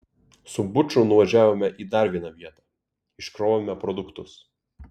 su buču nuvažiavome į dar vieną vietą iškrovėme produktus